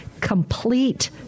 complete